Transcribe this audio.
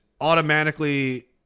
automatically